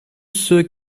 ceux